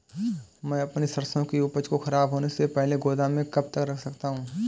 मैं अपनी सरसों की उपज को खराब होने से पहले गोदाम में कब तक रख सकता हूँ?